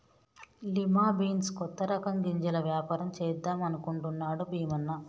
lima beans కొత్త రకం గింజల వ్యాపారం చేద్దాం అనుకుంటున్నాడు భీమన్న